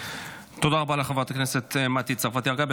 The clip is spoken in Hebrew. תודה רבה לחברת הכנסת מטי צרפתי הרכבי.